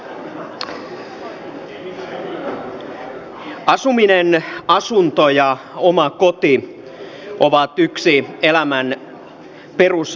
asuminen asunto ja oma koti ovat yksi elämän perusasioita